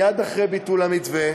מייד אחרי ביטול המתווה